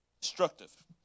Destructive